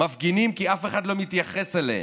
מפגינים כי אף אחד לא מתייחס אליהם,